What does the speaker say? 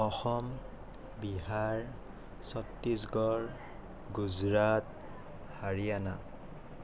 Assam Bihar Chhattisgarh Gujarat Haryana